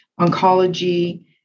oncology